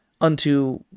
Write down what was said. unto